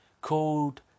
called